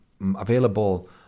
available